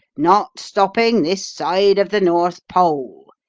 not stopping this side of the north pole,